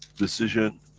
decision